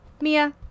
Mia